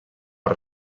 per